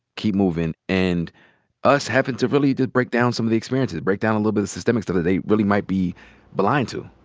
keep movin', and us having to really break down some of the experiences, break down a little bit of systemic stuff that they really might be blind to?